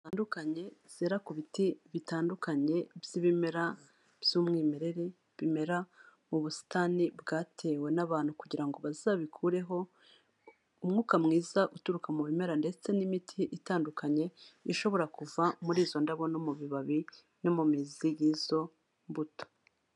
Hatandukanye zera ku biti bitandukanye by'ibimera by'umwimerere bimera mu busitani bwatewe n'abantu kugira ngo bazabikureho umwuka mwiza uturuka mu bimera ndetse n'imiti itandukanye ishobora kuva muri izo ndabo no mu bibabi no mu mizi y'izo mbuto.